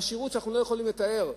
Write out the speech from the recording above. עושר שאנחנו לא יכולים לתאר,